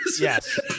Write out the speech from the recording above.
Yes